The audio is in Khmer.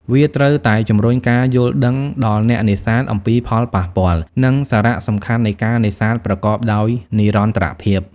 វាត្រូវតែជំរុញការយល់ដឹងដល់អ្នកនេសាទអំពីផលប៉ះពាល់ និងសារៈសំខាន់នៃការនេសាទប្រកបដោយនិរន្តរភាព។